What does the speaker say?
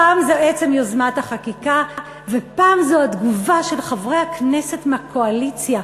פעם זה עצם יוזמת החקיקה ופעם זו התגובה של חברי הכנסת מהקואליציה,